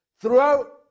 throughout